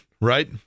right